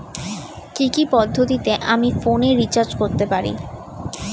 কি কি পদ্ধতিতে আমি ফোনে রিচার্জ করতে পারি?